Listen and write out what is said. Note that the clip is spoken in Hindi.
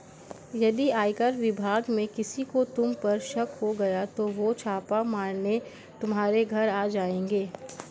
यदि आयकर विभाग में किसी को तुम पर शक हो गया तो वो छापा मारने तुम्हारे घर आ जाएंगे